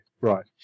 Right